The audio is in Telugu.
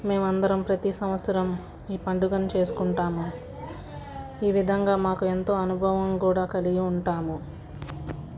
మేమందరం ప్రతి సంవత్సరం ఈ పండుగను చేసుకుంటాము ఈ విధంగా మాకు ఎంతో అనుభవం కూడా కలిగి ఉంటాము